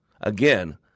Again